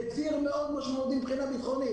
בציר מאוד משמעותי מבחינה ביטחונית.